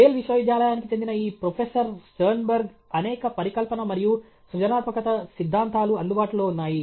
Yale విశ్వవిద్యాలయానికి చెందిన ఈ ప్రొఫెసర్ స్టెర్న్బెర్గ్ అనేక పరికల్పన మరియు సృజనాత్మకత సిద్ధాంతాలు అందుబాటులో ఉన్నాయి